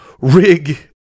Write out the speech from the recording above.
rig